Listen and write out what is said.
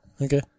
Okay